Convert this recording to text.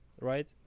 Right